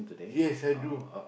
yes I do